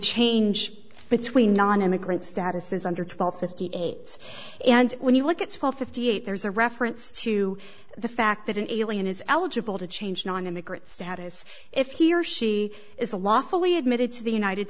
change between nonimmigrant status is under twelve fifty aids and when you look at twelve fifty eight there's a reference to the fact that an alien is eligible to change nonimmigrant status if he or she is a law fully admitted to the united